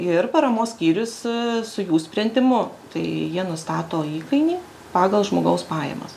ir paramos skyrius su jų sprendimu tai jie nustato įkainį pagal žmogaus pajamas